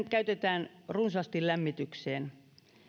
käytetään runsaasti lämmitykseen